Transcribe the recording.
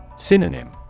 Synonym